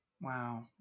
Wow